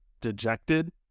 dejected